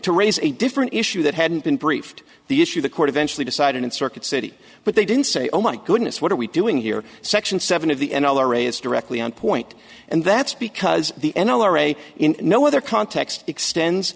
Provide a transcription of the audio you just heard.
to raise a different issue that hadn't been briefed the issue the court eventually decided in circuit city but they didn't say oh my goodness what are we doing here section seven of the n r a it's directly on point and that's because the n r a in no other context extends